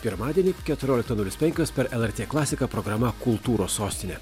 pirmadienį keturioliktą nulis penkios per lrt klasiką programa kultūros sostinė